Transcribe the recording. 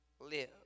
live